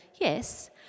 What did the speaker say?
yes